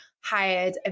hired